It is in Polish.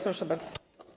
Proszę bardzo.